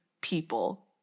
people